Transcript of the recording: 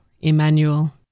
Emmanuel